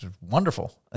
wonderful